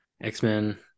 X-Men